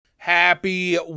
Happy